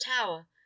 tower